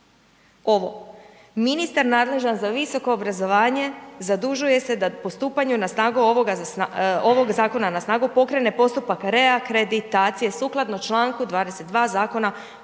ovo, „Ministar nadležan za visoko obrazovanje zadužuje da postupanju ovog zakona na snagu pokrene postupak reakreditacije sukladno čl. 22. Zakona